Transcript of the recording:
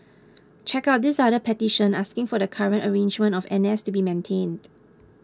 check out this other petition asking for the current arrangement of N S to be maintained